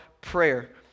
prayer